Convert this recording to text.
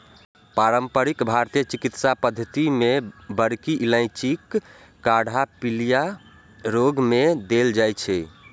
पारंपरिक भारतीय चिकित्सा पद्धति मे बड़की इलायचीक काढ़ा पीलिया रोग मे देल जाइ छै